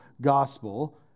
gospel